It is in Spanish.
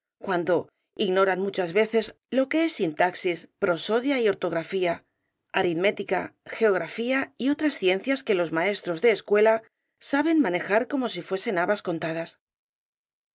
cuando ignoran muchas veces lo que es sintaxis prosodia y ortografía aritel caballero de las botas azules mética geografía y otras ciencias que los maestros de escuela saben manejar como si fuesen habas contadas